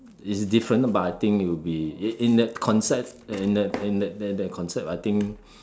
it's different but I think it will be in in that concept in that in that that that concept I think